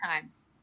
times